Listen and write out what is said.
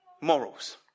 Morals